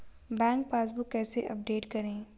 Bank passbook कैसे update करें?